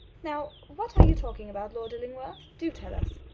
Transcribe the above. now, what are you talking about, lord illingworth do tell us.